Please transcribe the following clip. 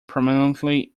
prominently